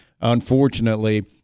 Unfortunately